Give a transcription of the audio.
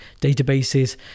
databases